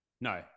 No